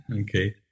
Okay